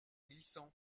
glissant